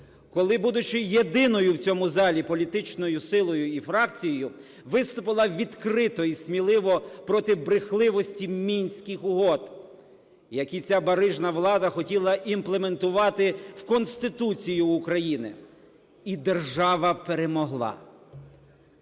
коли, будучи єдиною в цьому залі політичною силою і фракцією, виступила відкрито і сміливо проти брехливості Мінських угод, які ця барижна влада хотіла імплементувати в Конституцію України. І держава перемогла,